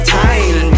time